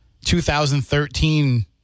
2013